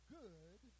good